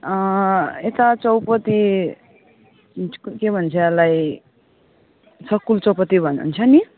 यता चौपती के भन्छ यसलाई स्कुल चौपती भ भन्छ नि